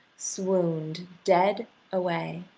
swooned dead away.